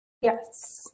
Yes